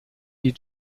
die